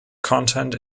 content